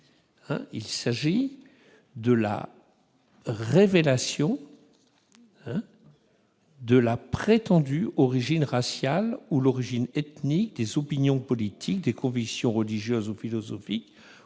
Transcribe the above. personnel révélant la prétendue origine raciale ou l'origine ethnique, les opinions politiques, les convictions religieuses ou philosophiques